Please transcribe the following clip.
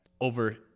over